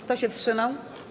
Kto się wstrzymał?